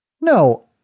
No